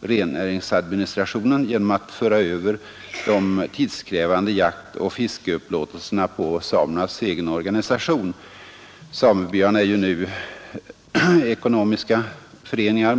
rennäringsadministrationen genom att föra över de tidskrävande jaktoch fiskeupplåtelserna på samernas egen organisation. Samebyarna utgör nu ekonomiska föreningar.